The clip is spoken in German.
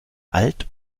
alt